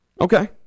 Okay